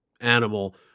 animal